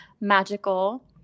magical